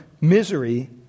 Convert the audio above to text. misery